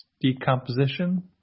decomposition